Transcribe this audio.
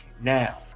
now